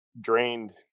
drained